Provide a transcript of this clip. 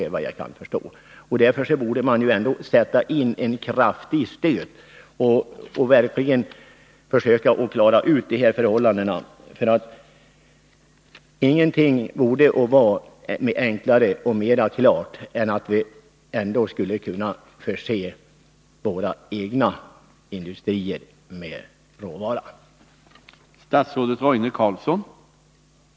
Därför borde man sätta in ett kraftigt stöd och verkligen försöka klara ut dessa missförhållanden. Ingenting borde vara enklare och mera klart än att vi ändå skall kunna förse våra egna industrier med råvara.